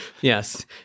Yes